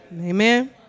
Amen